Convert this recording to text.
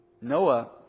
Noah